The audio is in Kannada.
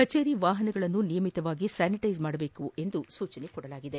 ಕಚೇರಿ ವಾಹನಗಳನ್ನು ನಿಯಮಿತವಾಗಿ ಸ್ನಾನಿಟ್ಲೆಸ್ ಮಾಡಬೇಕೆಂದು ಸೂಚಿಸಲಾಗಿದೆ